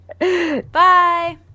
bye